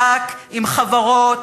רק עם חברות